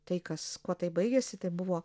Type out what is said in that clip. tai kas kuo tai baigėsi tai buvo